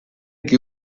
que